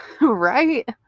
Right